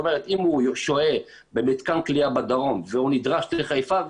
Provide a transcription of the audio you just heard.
זאת אומרת אם הוא שוהה במתקן כליאה בדרום והוא נדרש לחיפה,